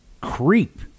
creep